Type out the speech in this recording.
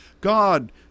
God